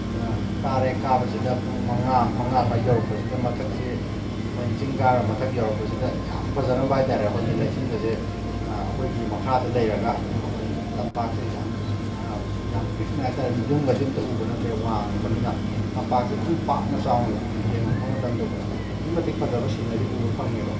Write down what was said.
ꯑꯗꯨꯅ ꯀꯥꯔꯦ ꯀꯥꯕꯁꯤꯗ ꯄꯨꯡ ꯃꯉꯥ ꯃꯉꯥ ꯁ꯭ꯋꯥꯏ ꯌꯧꯔꯛꯄꯁꯤꯗ ꯃꯊꯛꯁꯦ ꯑꯩꯈꯣꯏꯅ ꯆꯤꯡ ꯀꯥꯔ ꯃꯊꯛ ꯌꯧꯔꯛꯄꯁꯤꯗ ꯌꯥꯝ ꯐꯖꯔꯝꯕ ꯍꯥꯏ ꯇꯥꯔꯦ ꯑꯩꯈꯣꯏꯒꯤ ꯂꯩꯆꯤꯜꯒꯁꯦ ꯑꯩꯈꯣꯏꯒꯤ ꯃꯈꯥꯗ ꯂꯩꯔꯒ ꯃꯈꯣꯏ ꯇꯝꯄꯥꯛꯁꯦ ꯌꯥꯝ ꯌꯥꯝ ꯌꯥꯝ ꯄꯤꯛꯅ ꯍꯥꯏ ꯇꯥꯔꯦ ꯌꯨꯝꯒꯗꯤ ꯑꯃꯇ ꯎꯕ ꯅꯠꯇ꯭ꯔꯦ ꯋꯥꯡꯕꯅꯤꯅ ꯇꯝꯄꯥꯛꯁꯦ ꯐꯖꯅ ꯄꯥꯛꯅ ꯆꯥꯎꯅ ꯎꯏ ꯌꯦꯡꯉꯛꯄ ꯃꯇꯝꯗ ꯀꯣ ꯑꯗꯨꯛꯀꯤ ꯃꯇꯤꯛ ꯐꯖꯕ ꯁꯤꯅꯔꯤ ꯎꯕ ꯐꯪꯉꯦꯕ